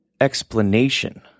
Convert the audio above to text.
explanation